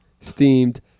steamed